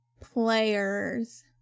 players